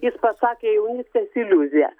jis pasakė jaunystės iliuzija